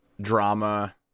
drama